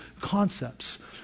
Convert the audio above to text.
concepts